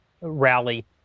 rally